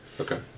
Okay